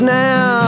now